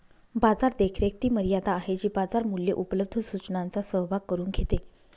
बाजार देखरेख ती मर्यादा आहे जी बाजार मूल्ये उपलब्ध सूचनांचा सहभाग करून घेते